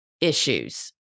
issues